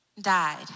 died